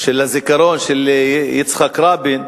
הזיכרון של יצחק רבין,